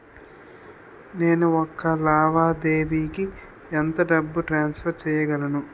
నేను ఒక లావాదేవీకి ఎంత డబ్బు ట్రాన్సఫర్ చేయగలను?